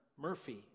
Murphy